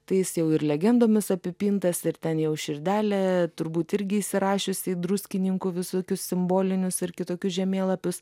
tai jis jau ir legendomis apipintas ir ten jau širdelė turbūt irgi įsirašiusi į druskininkų visokius simbolinius ir kitokius žemėlapius